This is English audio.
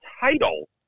title